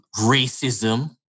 Racism